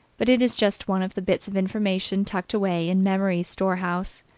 but it is just one of the bits of information tucked away in memory's storehouse.